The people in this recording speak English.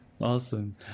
Awesome